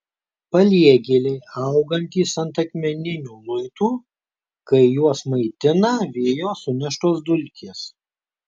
paliegėliai augantys ant akmeninių luitų kai juos maitina vėjo suneštos dulkės